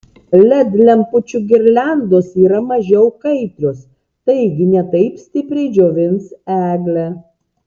led lempučių girliandos yra mažiau kaitrios taigi ne taip stipriai džiovins eglę